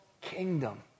kingdom